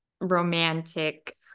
romantic